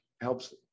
helps